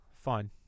Fine